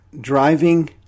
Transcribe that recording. driving